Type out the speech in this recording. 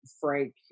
Frank